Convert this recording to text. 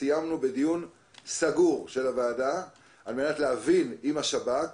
סיימנו בדיון סגור של הוועדה על מנת להבין עם השב"כ